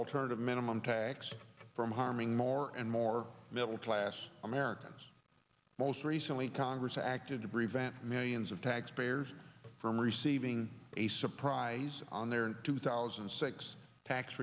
alternative minimum tax from harming more and more middle class americans most recently congress acted to prevent millions of taxpayers from receiving a surprise on their two thousand and six tax